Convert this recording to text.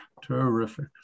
Terrific